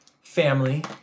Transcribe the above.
family